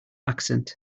accent